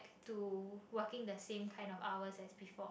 to working the same kinds of hours as before